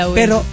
pero